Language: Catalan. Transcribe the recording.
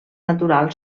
natural